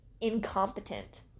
Incompetent